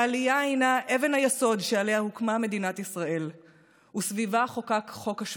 העלייה הינה אבן היסוד שעליה הוקמה מדינת ישראל וסביבה חוקק חוק השבות.